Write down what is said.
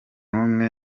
umwe